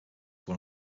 one